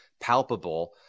palpable